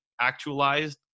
actualized